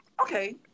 okay